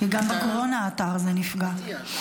גם בקורונה האתר הזה נפגע.